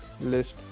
list